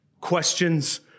questions